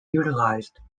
utilized